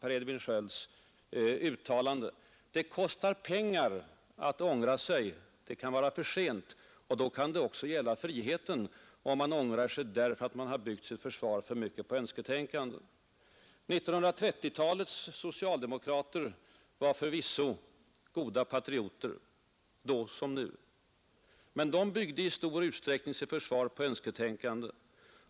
Det kostar pengar att ångra sig. Men det kan också vara för sent — och då gäller det friheten. 1930-talets socialdemokrater var förvisso goda patrioter, då som nu. Men de byggde i stor utsträckning sitt försvar på önsketänkande.